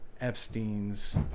Epstein's